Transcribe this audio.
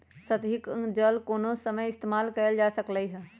सतही जल कोनो समय इस्तेमाल कएल जा सकलई हई